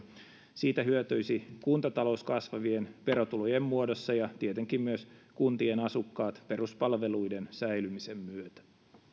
siitä hyötyisi kuntatalous kasvavien verotulojen muodossa ja tietenkin myös kuntien asukkaat peruspalveluiden säilymisen myötä